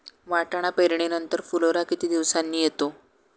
वाटाणा पेरणी नंतर फुलोरा किती दिवसांनी येतो?